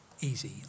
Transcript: easy